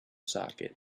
socket